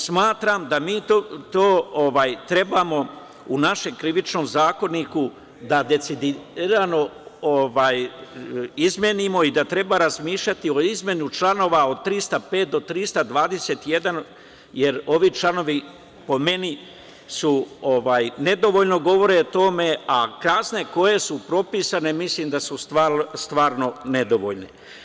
Smatram da mi to trebamo u našem Krivičnom zakoniku da decidirano izmenimo i da treba razmišljati o izmeni članova od 305. do 321, jer ovi članovi, po meni, nedovoljno govore o tome, a kazne koje su propisane mislim da su stvarno nedovoljne.